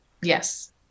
Yes